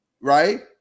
right